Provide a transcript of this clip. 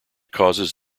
causes